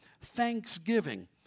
thanksgiving